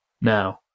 now